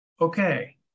okay